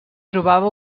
trobava